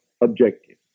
objective